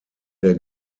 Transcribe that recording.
der